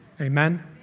Amen